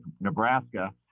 Nebraska